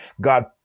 God